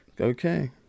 Okay